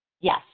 Yes